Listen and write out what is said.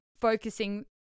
focusing